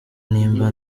nimba